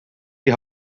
die